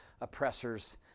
oppressors